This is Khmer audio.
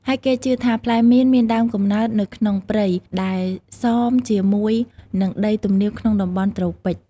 ហើយគេជឿថា ផ្លែមៀនមានដើមកំណើតនៅក្នុងព្រៃ ដែលសមជាមួយនឹងដីទំនាបក្នុងតំបន់ត្រូពិច។